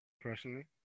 personally